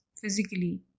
physically